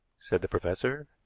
said the professor.